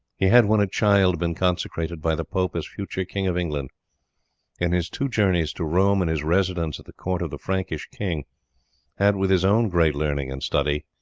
he had when a child been consecrated by the pope as future king of england and his two journeys to rome, and his residence at the court of the frankish king had, with his own great learning and study,